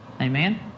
Amen